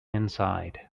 inside